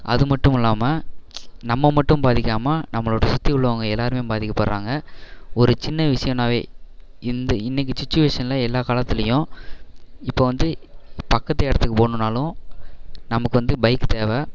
அது மட்டும் இல்லாமல் நம்ம மட்டும் பாதிக்காமல் நம்மளோட சுற்றி உள்ளவங்க எல்லாேருமே பாதிக்கப்படுறாங்க ஒரு சின்ன விஷயனாவே இந்த இன்றைக்கு சுச்சுவேஷனில் எல்லா காலத்துலேயும் இப்போ வந்து பக்கத்து இடத்துக்கு போகணுன்னாலும் நமக்கு வந்து பைக்கு தேவை